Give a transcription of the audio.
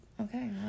Okay